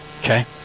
okay